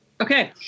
Okay